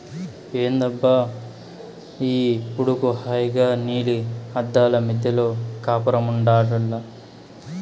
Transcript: ఏందబ్బా ఈ ఉడుకు హాయిగా నీలి అద్దాల మిద్దెలో కాపురముండాల్ల